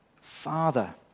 Father